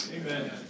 Amen